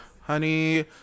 honey